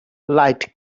light